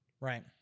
right